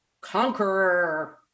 conqueror